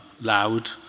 loud